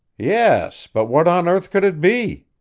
yes but what on earth could it be?